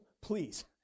please